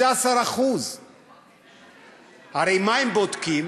15%. הרי מה הם בודקים?